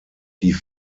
die